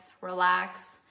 relax